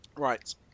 Right